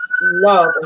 love